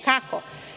Kako?